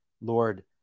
Lord